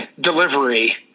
delivery